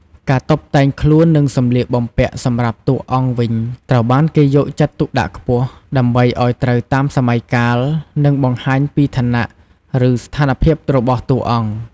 ការតុបតែងខ្លួននិងសម្លៀកបំពាក់សម្រាប់តួអង្គវិញត្រូវបានគេយកចិត្តទុកដាក់ខ្ពស់ ដើម្បីឱ្យត្រូវតាមសម័យកាល និងបង្ហាញពីឋានៈ ឬស្ថានភាពរបស់តួអង្គ ។